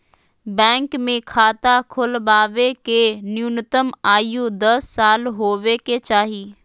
bank मे खाता खोलबावे के न्यूनतम आयु दस साल होबे के चाही